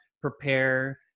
prepare